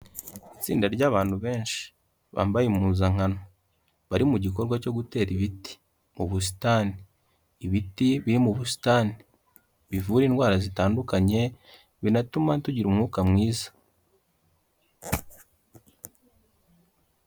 Itsinda ry'abantu benshi, bambaye impuzankano, bari mu gikorwa cyo gutera ibiti mu busitani, ibiti biri mu busitani, bivura indwara zitandukanye, binatuma tugira umwuka mwiza.